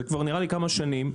זה נראה לי כבר כמה שנים.